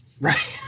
Right